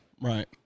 Right